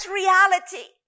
reality